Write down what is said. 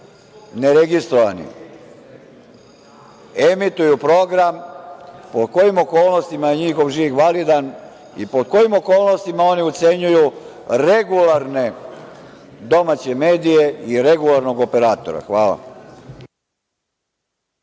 ne registrovanim, emituju program, po kojim okolnostima je njihov žig validan i pod kojim okolnostima oni ucenjuju regularne domaće medije i regularnog operatora? Hvala.